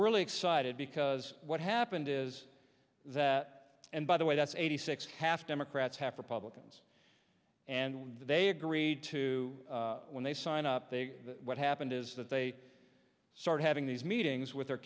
really excited because what happened is that and by the way that's eighty six half democrats half republicans and they agreed to when they sign up they what happened is that they start having these meetings with their